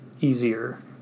easier